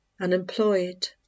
unemployed